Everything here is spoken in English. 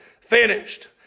finished